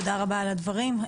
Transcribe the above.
תודה רבה על הדברים.